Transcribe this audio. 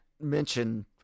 mention